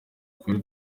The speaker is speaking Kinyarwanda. kuri